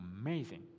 amazing